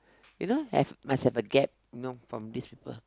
you know have must have a gap you know from these people